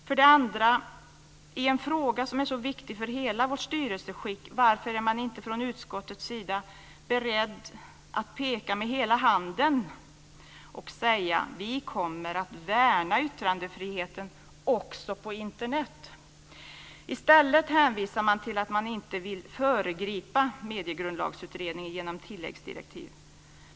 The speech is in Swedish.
För det andra: I en fråga som är så viktig för hela vårt styrelseskick undrar jag varför man inte från utskottets sida är beredd att peka med hela handen och säga: Vi kommer att värna yttrandefriheten, också på Internet. I stället hänvisar man till att man inte vill föregripa Mediegrundlagsutredningen genom tilläggsdirektiv.